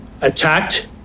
attacked